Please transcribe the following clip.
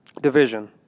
Division